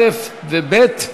א' וב'.